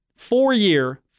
Four-year